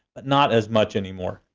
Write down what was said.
but not as much anymore.